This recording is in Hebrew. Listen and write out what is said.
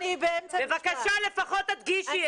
בבקשה לפחות תדגישי את זה.